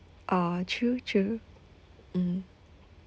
oh true true mm